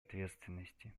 ответственности